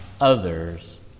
others